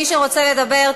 מי שרוצה לדבר,